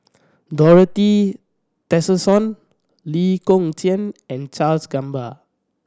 Dorothy Tessensohn Lee Kong Chian and Charles Gamba